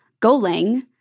Golang